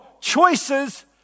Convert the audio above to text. choices